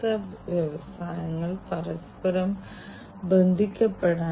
ഇവിടെ നിങ്ങൾ കാണുന്നത് താപനില സെൻസറാണ് ഇതാണ് ശരീര താപനില സെൻസർ ഇതാണ് പൾസ് ഓക്സിമീറ്റർ എന്നറിയപ്പെടുന്നത്